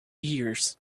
years